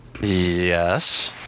Yes